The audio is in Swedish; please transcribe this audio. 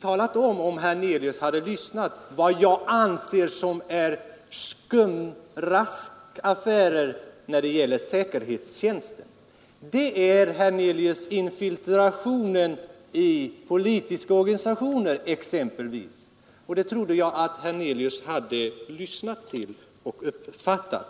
talade jag om vad jag anser vara skumraskaffärer när det gäller säkerhetstjänsten. Det är exempelvis infiltrationen i politiska organisationer. Det trodde jag att herr Hernelius hörde och uppfattade.